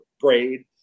grade